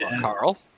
Carl